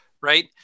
right